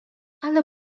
ale